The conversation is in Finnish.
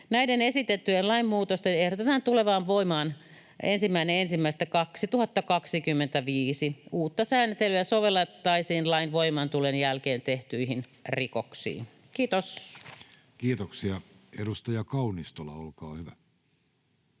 Näiden esitettyjen lainmuutosten ehdotetaan tulevan voimaan 1.1.2025. Uutta sääntelyä sovellettaisiin lain voimaantulon jälkeen tehtyihin rikoksiin. — Kiitos. [Speech 99] Speaker: Jussi Halla-aho